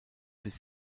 bis